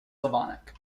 slavonic